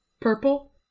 purple